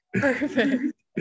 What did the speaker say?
Perfect